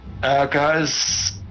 Guys